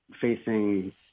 facing